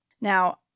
Now